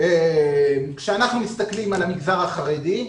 כשאנחנו מסתכלים על המגזר החרדי,